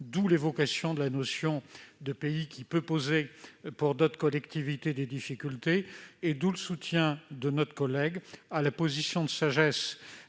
d'où l'évocation de la notion de « pays », qui peut poser, pour d'autres collectivités, des difficultés ; d'où le soutien de notre collègue à la position de sagesse